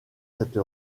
cette